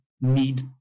need